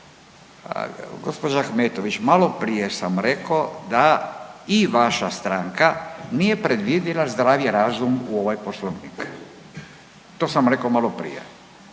Gospođa Ahmetović maloprije sam reko da i vaša stranka nije predvidila zdravi razum u ovaj poslovnik to sam reko maloprije